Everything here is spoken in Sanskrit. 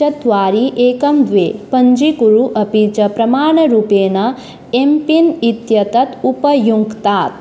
चत्वारि एकं द्वे पञ्चीकुरु अपि च प्रमाणरूपेण एम् पिन् इत्येतत् उपयुङ्क्तात्